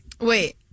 Wait